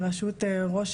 בראשות ראש